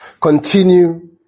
Continue